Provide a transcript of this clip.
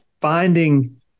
finding